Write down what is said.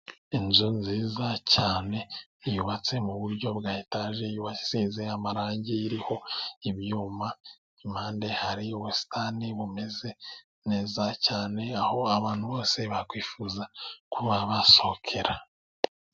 Inzu nziza cyane yubatse mu buryo bwa etaje, yubasize amarangi. Iriho ibyuma impande hari ubusitani bumeze neza cyane, aho abantu bose bakifuza kuba basohokera.